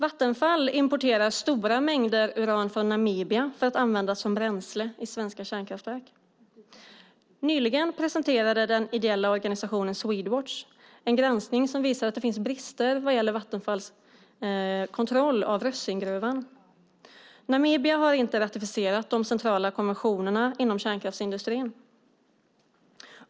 Vattenfall importerar stora mängder uran från Namibia för att användas som bränsle i svenska kärnkraftverk. Nyligen presenterade den ideella organisationen Swedwatch en granskning som visar att det finns brister vad gäller Vattenfalls kontroll av Rössinggruvan. Namibia har inte ratificerat de centrala konventionerna inom kärnkraftsindustrin.